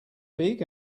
big